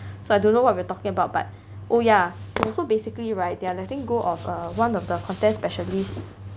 so I don't know what we were talking about but oh ya so basically right they're letting go of err one of the content specialists